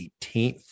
18th